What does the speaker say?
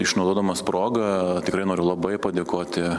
išnaudodamas progą tikrai noriu labai padėkoti